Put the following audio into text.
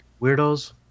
weirdos